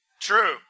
True